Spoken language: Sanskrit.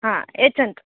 हा यच्छन्तु